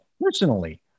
Personally